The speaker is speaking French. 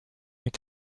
est